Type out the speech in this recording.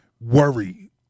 worry